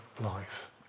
life